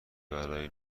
برای